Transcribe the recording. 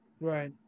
Right